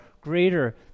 greater